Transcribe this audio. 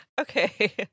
Okay